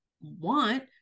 want